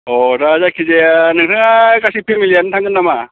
अह दा जायखिजाया नोंथाङा गासै फेमिलियानो थांगोन नामा